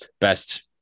best